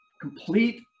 complete